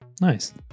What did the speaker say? Nice